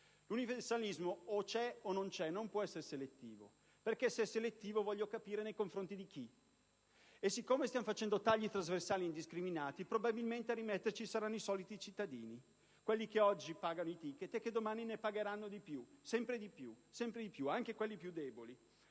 L'universalismo o c'è o non c'é, non può essere selettivo perché, se è selettivo, voglio capire nei confronti di chi. Siccome stiamo facendo tagli trasversali indiscriminati, probabilmente a rimetterci saranno i soliti cittadini, quelli che oggi pagano i *ticket* e che domani ne pagheranno di più, sempre di più, anche quelli più deboli.